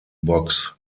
box